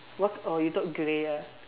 what oh you thought grey ah